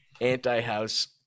anti-house